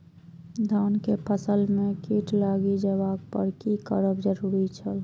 धान के फसल में कीट लागि जेबाक पर की करब जरुरी छल?